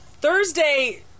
Thursday